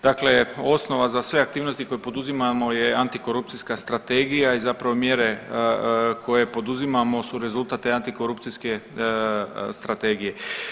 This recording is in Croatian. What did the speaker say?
Dakle, osnova za sve aktivnosti koje poduzimamo je antikorupcijska strategija i zapravo mjere koje poduzimamo su rezultat te antikorupcijske strategije.